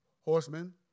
horsemen